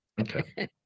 okay